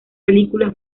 películas